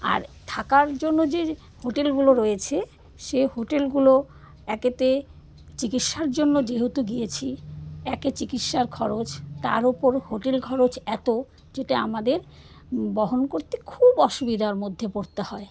আর থাকার জন্য যে হোটেলগুলো রয়েছে সে হোটেলগুলো একেতে চিকিৎসার জন্য যেহেতু গিয়েছি একে চিকিৎসার খরচ তার উপর হোটেল খরচ এতো যেটা আমাদের বহন করতে খুব অসুবিধার মধ্যে পড়তে হয়